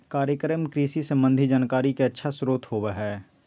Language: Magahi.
कार्यक्रम कृषि संबंधी जानकारी के अच्छा स्रोत होबय हइ